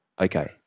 Okay